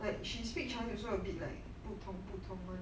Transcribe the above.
like she speak chinese also a bit like 不同不同 one